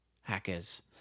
hackers